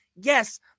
Yes